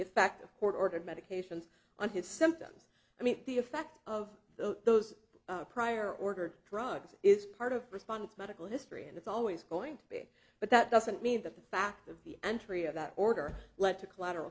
effect of court ordered medications on his symptoms i mean the effect of those prior ordered drugs is part of response medical history and it's always going to be but that doesn't mean that the fact of the entry of that order led to collateral